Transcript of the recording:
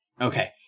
Okay